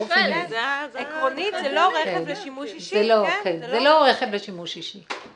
עקרונית, זה לא רכב לשימוש אישי.